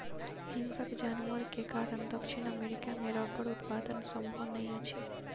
हिंसक जानवर के कारण दक्षिण अमेरिका मे रबड़ उत्पादन संभव नै अछि